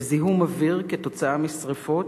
בזיהום אוויר כתוצאה משרפות,